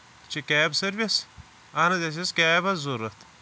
یہِ چھِ cab service اَہن حظ اَسہِ ٲسۍ کیب حظ ضروٗرت